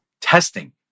testing